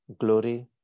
glory